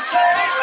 Say